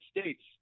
States